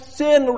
sin